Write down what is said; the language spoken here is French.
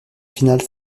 finale